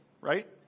right